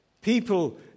People